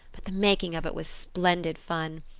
but the making of it was splendid fun.